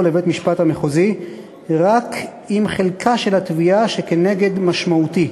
לבית-המשפט המחוזי רק אם חלקה של התביעה שכנגד משמעותי.